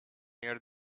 near